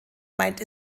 meint